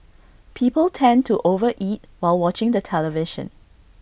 people tend to over eat while watching the television